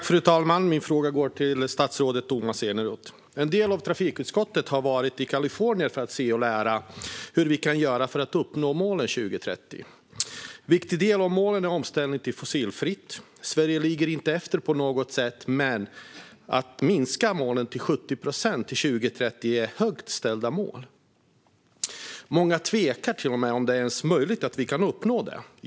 Fru talman! Min fråga går till statsrådet Tomas Eneroth. En del av trafikutskottet har varit i Kalifornien för att se och lära vad vi kan göra för att uppnå målen till 2030. En viktig del av målen är omställningen till fossilfritt. Sverige ligger inte efter på något sätt, men att minska med 70 procent till 2030 är ett högt ställt mål. Många är till och med tveksamma till om det ens är möjligt att uppnå det.